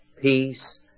peace